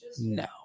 No